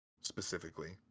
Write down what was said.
specifically